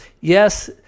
Yes